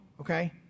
okay